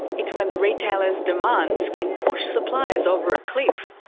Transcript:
it's when the retailers' demands can push suppliers over a cliff,